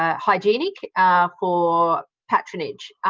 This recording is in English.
ah hygienic for patronage.